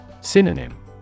Synonym